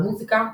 במוזיקה ובתנועה.